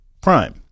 Prime